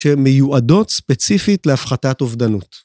‫שמיועדות ספציפית להפחתת אובדנות.